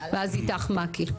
ואז אית"ך מעכי.